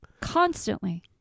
Constantly